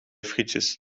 frietjes